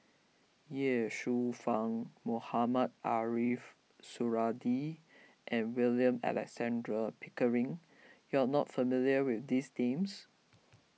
Ye Shufang Mohamed Ariff Suradi and William Alexander Pickering you are not familiar with these dames